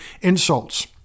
insults